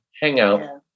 hangout